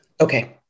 Okay